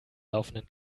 laufenden